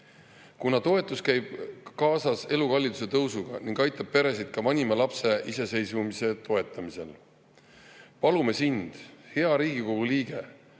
kuna toetus käib kaasas elukalliduse tõusuga ning aitab peresid ka vanima lapse iseseisvumise toetamisel. Palume sind, hea Riigikogu liige,